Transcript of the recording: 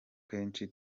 kenshi